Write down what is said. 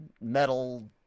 metal